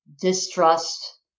Distrust